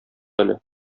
әле